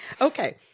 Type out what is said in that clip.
Okay